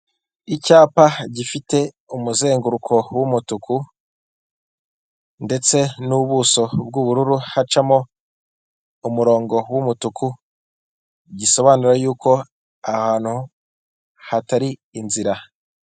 Icyapa gifite umuzenguruko w'umutuku, ndetse n'ubuso bw'ubururu hacamo umurongo w'umutuku, gisobanuye yuko aha hantu hatari inzira.